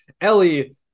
Ellie